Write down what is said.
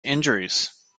injuries